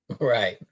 Right